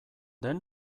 den